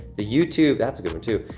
the youtube that's a good one too,